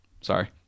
Sorry